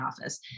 office